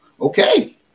okay